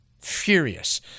furious